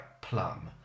plum